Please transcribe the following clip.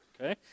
Okay